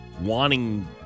wanting